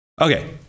okay